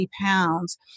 pounds